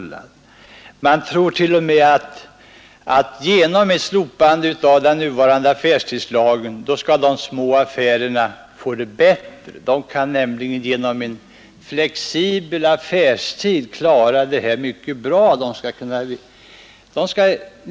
Man tror t.o.m. att genom ett slopande av den nuvarande affärstidslagen skall de små affärerna få det bättre. De skall nämligen genom en flexibel affärstid kunna klara sig mycket bra i konkurrensen.